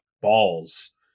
balls